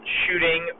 shooting